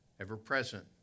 ever-present